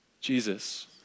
Jesus